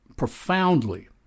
Profoundly